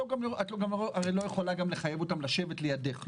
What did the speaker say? הרי את גם לא יכולה לחייב אותם לשבת לידך,